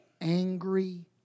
angry